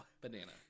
Banana